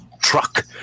truck